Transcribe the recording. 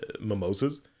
mimosas